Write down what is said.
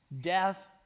death